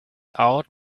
out